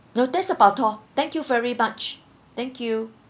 no that's about all thank you very much thank you